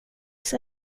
ska